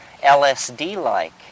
lsd-like